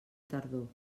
tardor